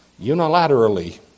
unilaterally